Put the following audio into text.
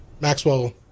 Maxwell